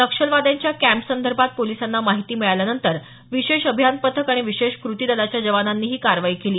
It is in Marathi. नक्षलवाद्यांच्या कॅम्पसंदर्भात पोलिसांना माहिती मिळाल्यानंतर विशेष अभियान पथक आणि विशेष कृती दलाच्या जवानांनी ही कारवाई केली